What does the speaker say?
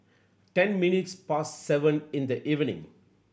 ten minutes past seven in the evening